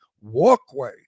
walkway